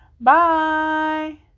Bye